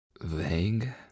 vague